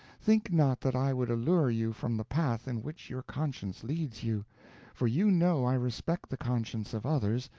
think not that i would allure you from the path in which your conscience leads you for you know i respect the conscience of others,